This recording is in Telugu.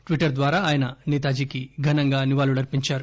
ట్పిట్టర్ ద్వారా ఆయన నేతాజీకి ఘనంగా నివాళులు అర్పించారు